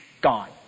gone